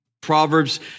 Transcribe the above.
Proverbs